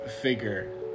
figure